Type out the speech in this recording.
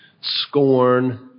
scorn